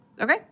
Okay